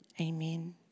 Amen